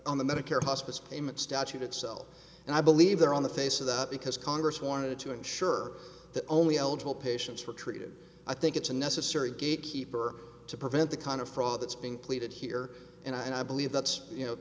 on the medicare hospice payment statute itself and i believe they're on the face of that because congress wanted to ensure that only eligible patients were treated i think it's a necessary gatekeeper to prevent the kind of fraud that's being pleaded here and i believe that's you know